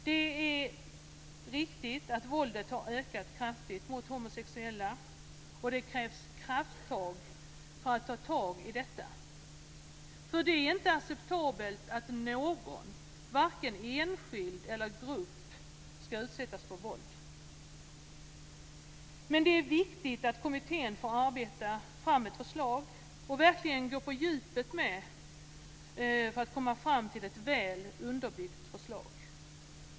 Det är riktigt att våldet har ökat kraftigt mot homosexuella, och det krävs krafttag för att komma åt detta. Det är inte acceptabelt att någon, varken enskild eller grupp, skall utsättas för våld. Det är viktigt att kommittén får arbeta fram ett förslag och verkligen gå på djupet för att komma fram till ett väl underbyggt förslag.